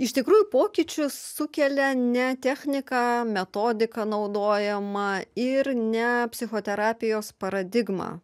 iš tikrųjų pokyčius sukelia ne technika metodika naudojama ir ne psichoterapijos paradigma